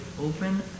open